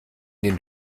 den